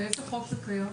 באיזה חוק זה קיים?